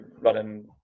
running